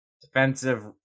Defensive